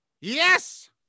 Yes